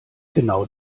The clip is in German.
genau